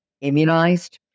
immunized